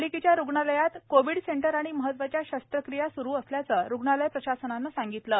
पालिकेच्या रुग्णालयात Covid centre आणि महत्वाच्या शस्त्रक्रिया स्रू सल्याचे रुग्णालय प्रशासनानं सांगितलं आहे